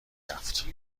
رفت